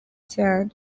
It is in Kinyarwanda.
cyane